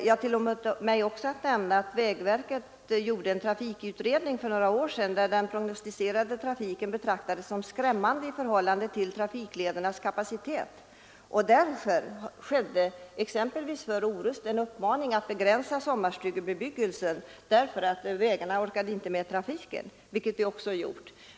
Jag tillåter mig nämna att vägverket gjorde en trafikutredning för några år sedan, där den prognostiserade trafiken betraktades som skrämmande i förhållande till trafikledernas kapacitet. Exempelvis Orust fick en uppmaning att begränsa sommarstugebebyggelsen på grund av att vägarna inte orkade med trafiken. En sådan begränsning har också skett.